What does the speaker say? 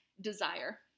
desire